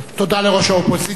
תודה לראש האופוזיציה.